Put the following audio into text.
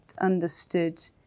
understood